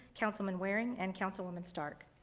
councilman waring and councilwoman stark.